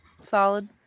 Solid